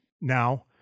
Now